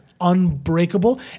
unbreakable